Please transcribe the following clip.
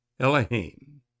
Elohim